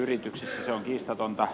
se on kiistatonta